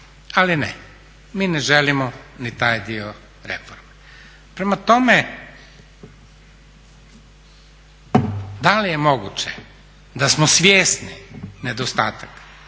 Ali ne, mi ne želimo ni taj dio reforme. Prema tome, da li je moguće da smo svjesni nedostataka,